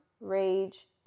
rage